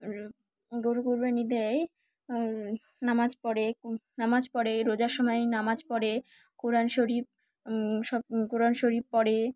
গরু কুরবানি দেয় নামাজ পড়ে নামাজ পড়ে রোজার সময় নামাজ পড়ে কোরআন শরীফ সব কোরআন শরীফ পড়ে